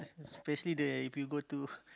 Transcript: especially the if you go to